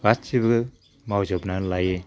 गासिबो मावजोबना लायो